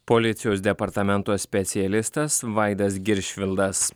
policijos departamento specialistas vaidas giršvildas